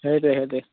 সেইটোৱে সেইটোৱে